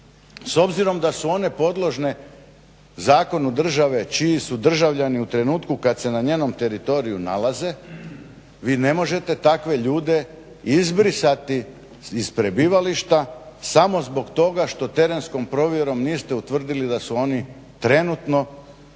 S obzirom da su one podložne zakonu države čiji su državljani u trenutku kad se na njenom teritoriju nalaze vi ne možete takve ljude izbrisati iz prebivališta samo zbog toga što terenskom provjerom niste utvrdili da su oni trenutno